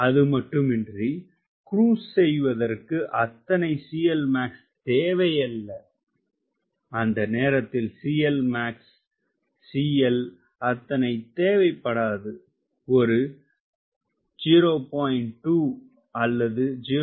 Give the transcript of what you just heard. அது மட்டுமன்றி குரூஸ் செய்வதற்கு அத்தனை CLmax தேவையல்ல அந்நேரத்தில் CLmax CL அத்தனை தேவைப்படாது ஒரு 0